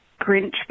Grinch